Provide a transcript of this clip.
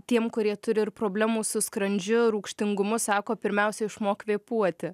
tiem kurie turi ir problemų su skrandžiu rūgštingumu sako pirmiausia išmok kvėpuoti